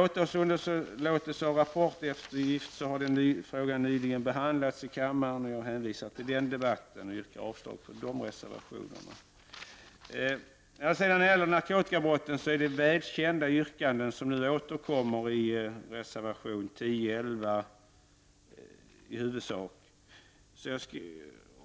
Åtalsunderlåtelse och rapporteftergift har nyligen behandlats i kammaren, och jag hänvisar till den debatten och yrkar avslag på reservationerna under den punkten. När det sedan gäller narkotikabrotten är det väl kända yrkanden som nu återkommer i reservationerna 10 och 11. Det gäller